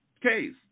case